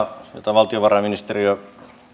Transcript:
valtiovarainministeriö